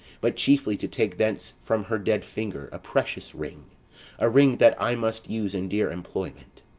but chiefly to take thence from her dead finger a precious ring a ring that i must use in dear employment.